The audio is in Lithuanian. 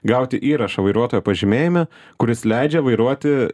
gauti įrašą vairuotojo pažymėjime kuris leidžia vairuoti